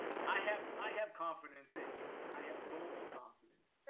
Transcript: i have i have confidence in you. i have full confidence.